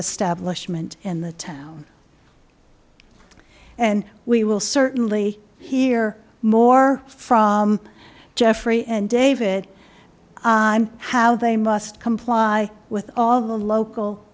establishment in the town and we will certainly hear more from jeffrey and david how they must comply with all of the local